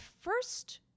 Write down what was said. first